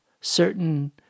certain